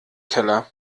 keller